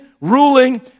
ruling